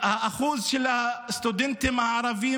אנחנו רואים שבאקדמיה אחוז הסטודנטים הערבים